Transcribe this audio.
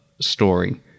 story